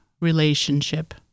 relationship